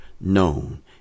known